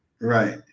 right